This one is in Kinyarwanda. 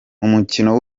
umukino